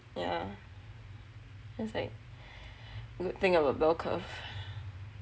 yah that's like good thing about bell curve